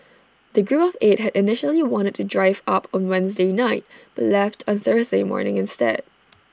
the group of eight had initially wanted to drive up on Wednesday night but left on Thursday morning instead